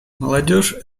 молодежь